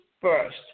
first